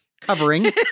covering